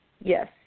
Yes